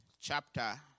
chapter